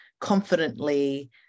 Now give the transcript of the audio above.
confidently